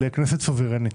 הכנסת סוברנית.